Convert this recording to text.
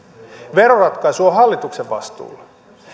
veroratkaisu on hallituksen vastuulla